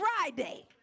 Friday